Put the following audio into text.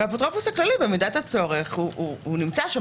ובמידת הצורך האפוטרופוס הכללי נמצא שם,